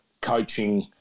coaching